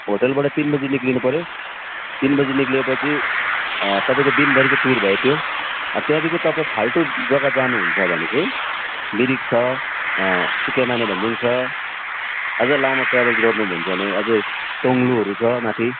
होटेलबाट तिन बजी निक्लिनु पऱ्यो तिन बजी निक्लेपछि तपाईँको दिनभरिको टुर भयो त्यो त्यहाँदेखि तपाईँ फाल्टो जग्गा जानुहुन्छ भने चाहिँ मिरिक छ सुके मानेभन्ज्याङ छ अझ लामो ट्राभल गर्नुहुन्छ भने अझै टोङ्लुहरू छ माथि